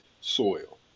soil